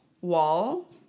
wall